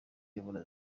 uyobora